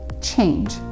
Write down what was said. Change